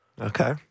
okay